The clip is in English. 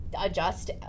adjust